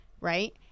Right